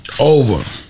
over